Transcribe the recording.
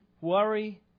Worry